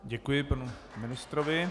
Děkuji panu ministrovi.